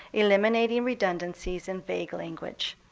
eliminating redundancies and vague language.